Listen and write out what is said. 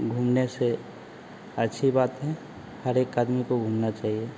घूमने से अच्छी बात है हर एक आदमी को घूमना चाहिए